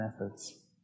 methods